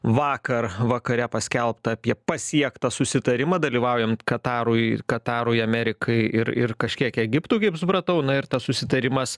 vakar vakare paskelbta apie pasiektą susitarimą dalyvaujant katarui katarui amerikai ir ir kažkiek egiptui kaip supratau ir tas susitarimas